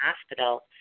hospital